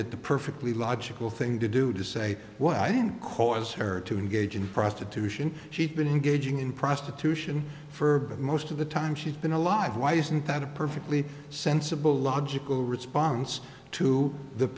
that the perfectly logical thing to do to say well i didn't cause her to engage in prostitution she's been engaging in prostitution for most of the time she's been alive why isn't that a perfectly sensible logical response to th